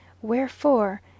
wherefore